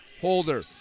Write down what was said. Holder